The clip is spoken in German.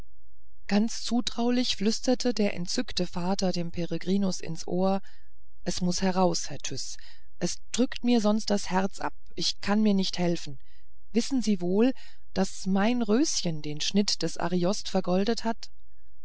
ganz zutraulich flüsterte der entzückte vater dem peregrinus ins ohr es muß heraus herr tyß es drückt mir sonst das herz ab ich kann mir nicht helfen wissen sie wohl daß mein röschen den schnitt des ariosto vergoldet hat